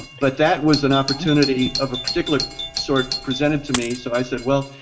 but that was an opportunity of a particular sort presented to me so i said, well,